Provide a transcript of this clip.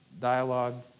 dialogue